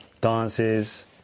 dances